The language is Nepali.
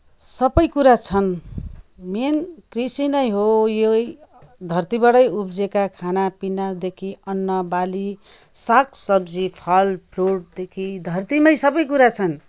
सबै कुरा छन् मेन कृषि नै हो यही धरतीबाटै उब्जेका खाना पीनादेखि अन्नबाली सागसब्जी फलफुलदेखि धरतीमै सबै कुरा छन्